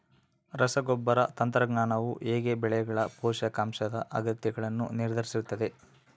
ರಸಗೊಬ್ಬರ ತಂತ್ರಜ್ಞಾನವು ಹೇಗೆ ಬೆಳೆಗಳ ಪೋಷಕಾಂಶದ ಅಗತ್ಯಗಳನ್ನು ನಿರ್ಧರಿಸುತ್ತದೆ?